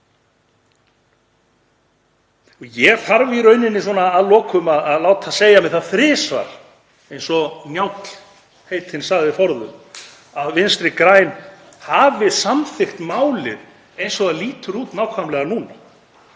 raun þarf ég að lokum að láta segja mér það þrisvar, eins og Njáll heitinn sagði forðum, að Vinstri græn hafi samþykkt málið eins og það lítur út nákvæmlega núna.